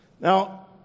Now